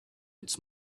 its